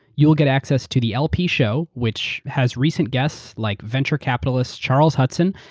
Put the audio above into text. you'll get access to the lp show, which has recent guests like venture capitalist charles hudson,